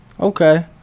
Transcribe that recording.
okay